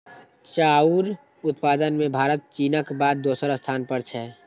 चाउर उत्पादन मे भारत चीनक बाद दोसर स्थान पर छै